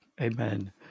Amen